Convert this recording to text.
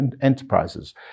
enterprises